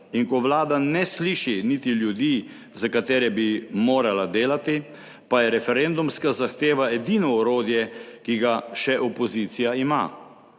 in ko Vlada ne sliši niti ljudi, za katere bi morala delati, pa je referendumska zahteva edino orodje, ki ga še opozicija ima.